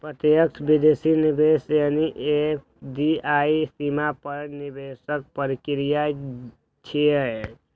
प्रत्यक्ष विदेशी निवेश यानी एफ.डी.आई सीमा पार निवेशक प्रक्रिया छियै